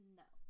no